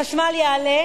מחיר החשמל יעלה.